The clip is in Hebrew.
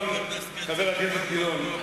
חבר הכנסת גילאון,